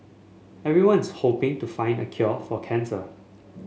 everyone's hoping to find a cure for cancer